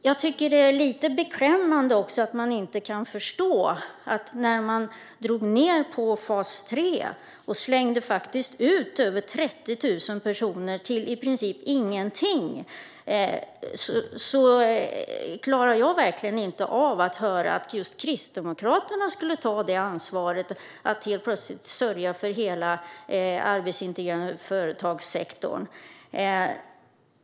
Jag tycker att det är lite beklämmande att man drog ned på fas 3 och faktiskt slängde ut över 30 000 personer till i princip ingenting. Jag klarar verkligen inte av att höra att just Kristdemokraterna skulle ta ansvaret för att helt plötsligt sörja för hela sektorn med arbetsintegrerande företag.